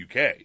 UK